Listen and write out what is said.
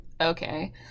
Okay